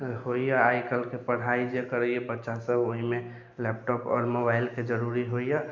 होइए आइ काल्हिके पढ़ाइ जे करैए बच्चा सब ओइमे लैपटॉप आओर मोबाइलके जरूरी होइए